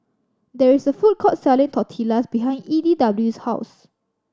there is a food court selling Tortillas behind E D W 's house